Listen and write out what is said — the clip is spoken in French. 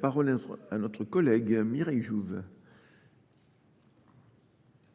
parole est à Mme Mireille Jouve,